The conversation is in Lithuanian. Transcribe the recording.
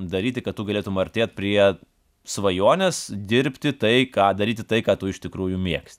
daryti kad tu galėtum artėt prie svajonės dirbti tai ką daryti tai ką tu iš tikrųjų mėgsti